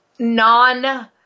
non